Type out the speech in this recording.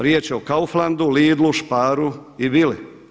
Riječ je o Kauflandu, Lidlu, Sparu i Bili.